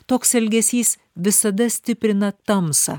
toks elgesys visada stiprina tamsą